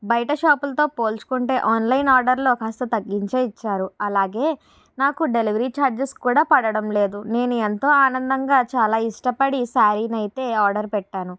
బయట షాపులతో పోల్చుకుంటే ఆన్లైన్ ఆర్డర్లో కాస్త తగ్గించే ఇచ్చారు అలాగే నాకు డెలివరీ చార్జెస్ కూడా పడడం లేదు నేను ఎంతో ఆనందంగా చాలా ఇష్టపడి ఈ సారినైతే ఆర్డర్ పెట్టాను